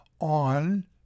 on